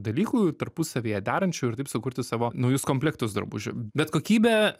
dalykų tarpusavyje derančių ir taip sukurti savo naujus komplektus drabužių bet kokybė